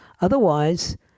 Otherwise